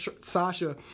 Sasha